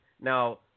Now